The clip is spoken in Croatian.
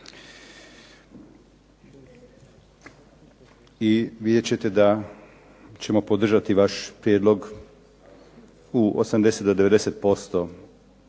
I vidjet ćete da ćemo podržati vaš prijedlog u 80